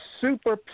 super